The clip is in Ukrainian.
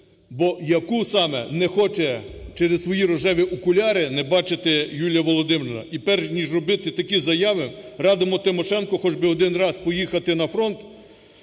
бо яку саме не хоче через свої рожеві окуляри бачити Юлія Володимирівна. І перш ніж робити такі заяви, радимо Тимошенко хоч би один раз поїхати на фронт